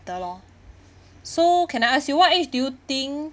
~ter lor so can I ask you what age do you think